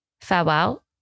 farewell